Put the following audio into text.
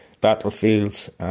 battlefields